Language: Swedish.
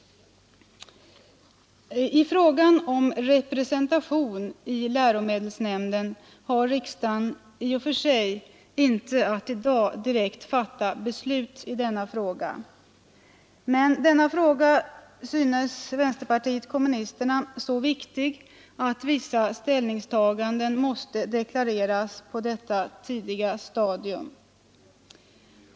Vad gäller representationen i läromedelsnämnden skall riksdagen i och för sig inte i dag direkt fatta beslut i den frågan, men den syns ändå vänsterpartiet kommunisterna så viktig att vissa ställningstaganden måste deklareras på detta tidiga stadium.